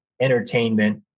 entertainment